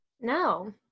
No